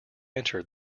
entered